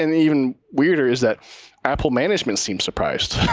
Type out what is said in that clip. and even weirder is that apple management seems surprised.